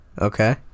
Okay